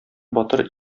батыр